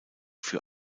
für